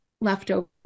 leftover